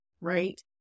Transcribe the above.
Right